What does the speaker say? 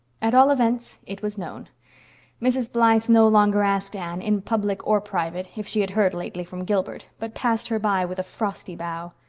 at all events it was known mrs. blythe no longer asked anne, in public or private, if she had heard lately from gilbert, but passed her by with a frosty bow.